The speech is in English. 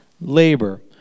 labor